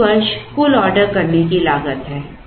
यह प्रति वर्ष कुल ऑर्डर करने की लागत है